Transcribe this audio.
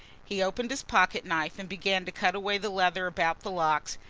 he opened his pocket-knife and began to cut away the leather about the locks,